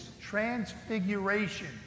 transfiguration